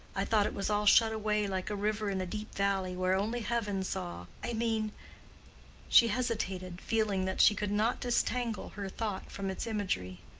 i thought it was all shut away like a river in a deep valley, where only heaven saw i mean she hesitated, feeling that she could not disentangle her thought from its imagery.